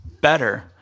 better